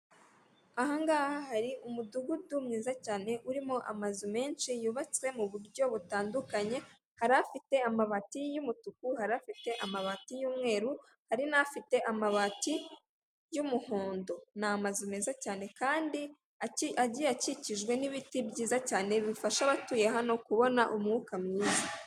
Aha ngaha hari umudugudu mwiza cyane urimo amazu menshi yubatswe m'uburyo butandukanye hari afite amabati y'umutuku, hari afite amabati y'umweru, hari n'afite amabati y'umuhondo. Ni amazu meza cyane kandi agiye akikijwe n'ibiti byiza cyane bifasha abatuye hano kubona umwuka mwiza.